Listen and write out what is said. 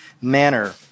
manner